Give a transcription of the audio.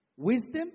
Wisdom